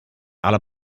alle